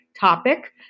topic